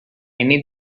need